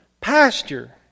pasture